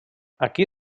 aquí